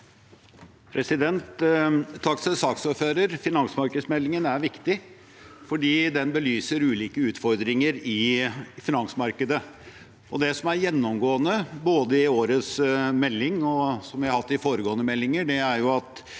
Takk til saks- ordføreren. Finansmarkedsmeldingen er viktig fordi den belyser ulike utfordringer i finansmarkedet. Det som er gjennomgående både i årets melding og i foregående meldinger, er at